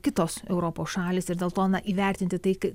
kitos europos šalys ir dėl to na įvertinti tai